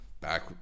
Back